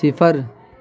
صفر